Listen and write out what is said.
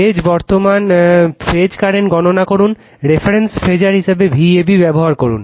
phase বর্তমান গণনা করুন রেফারেন্স ফেজার হিসাবে Vab ব্যবহার করুন